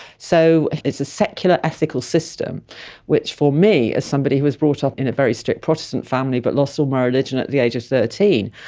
so it's a secular ethical system which for me, as somebody who was brought up in a very strict protestant family but lost all so my religion at the age of thirteen,